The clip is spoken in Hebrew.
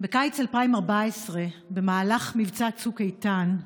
בקיץ 2014, במהלך מבצע צוק איתן,